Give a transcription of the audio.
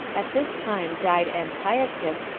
at this time died antiochus,